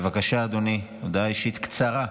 בבקשה, אדוני, הודעה אישית קצרה.